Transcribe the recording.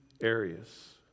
areas